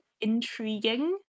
intriguing